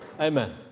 Amen